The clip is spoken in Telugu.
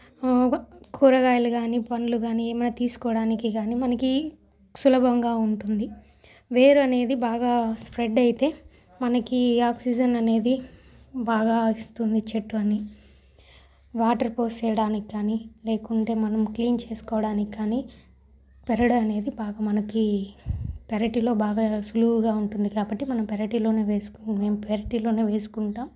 కూరగాయలు కానీ పండ్లు కానీ ఏమైనా తీసుకోడానికి కానీ మనకి సులభంగా ఉంటుంది వేరు అనేది బాగా స్ప్రెడ్ అయితే మనకి ఆక్సిజన్ అనేది బాగా ఇస్తుంది చెట్టు అని వాటర్ పోసేయ్డానికి కానీ లేకుంటే మనం క్లీన్ చేసుకోడానికి కానీ పెరడనేది బాగా మనకి పెరటిలో బాగా సులువుగా ఉంటుంది కాబట్టి మనం పెరటిలోనే వేసుకొని మేము పెరటిలోనే వేసుకుంటాం